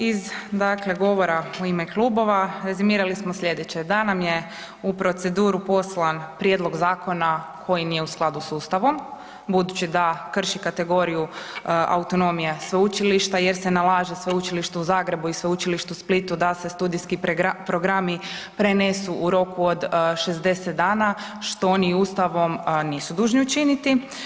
Iz govora u ime klubova, rezimirali smo slijedeće, da nam je proceduru poslan prijedlog zakona koji nije u skladu sa Ustavom, budući da krši kategoriju autonomije sveučilišta jer se nalaže Sveučilištu u Zagrebu i Sveučilištu u Splitu da se studijski programi prenesu u roku od 60 dana što oni Ustavom nisu dužni učiniti.